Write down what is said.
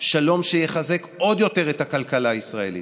שלום שיחזק עוד יותר את הכלכלה הישראלית,